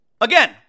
Again